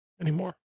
anymore